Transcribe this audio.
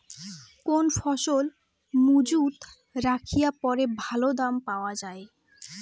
কোন ফসল মুজুত রাখিয়া পরে ভালো দাম পাওয়া যায়?